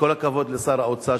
תראו איך נראה השירות הציבורי,